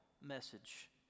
message